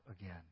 again